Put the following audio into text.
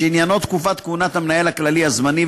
שעניינו תקופת כהונת המנהל הכללי הזמני,